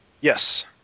Yes